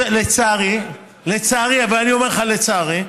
לצערי, ואני אומר לך, לצערי,